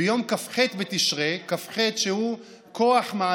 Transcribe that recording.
ביום כ"ח בתשרי,